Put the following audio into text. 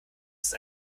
ist